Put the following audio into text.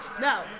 No